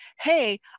hey